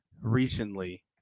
recently